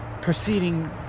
proceeding